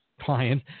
client